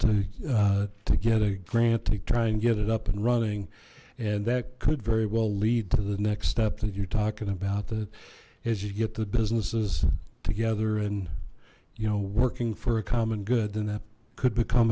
to to get a grant to try and get it up and running and that could very well lead to the next step that you're talking about that as you get the businesses together and you know working for a common good then that could become